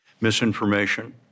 Misinformation